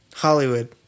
Hollywood